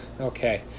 okay